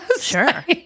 Sure